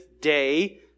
day